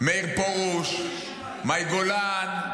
מאיר פרוש, מאי גולן;